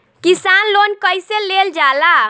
किसान लोन कईसे लेल जाला?